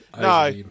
no